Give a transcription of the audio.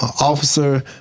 officer